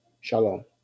Shalom